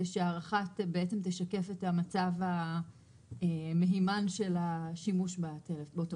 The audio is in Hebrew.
כדי שההערכה בעצם תשקף את המצב המהימן של אותו השימוש בטלפון.